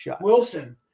Wilson